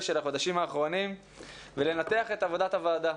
של החודשים האחרונים ולנתח את עבודת הוועדה,